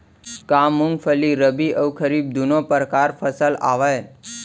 का मूंगफली रबि अऊ खरीफ दूनो परकार फसल आवय?